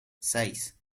seis